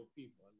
people